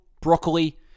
broccoli